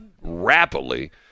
rapidly